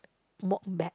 walk back